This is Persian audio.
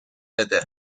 بده